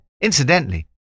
Incidentally